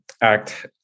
Act